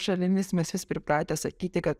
šalimis mes vis pripratę sakyti kad